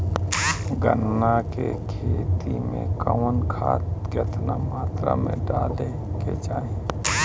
गन्ना के खेती में कवन खाद केतना मात्रा में डाले के चाही?